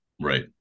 Right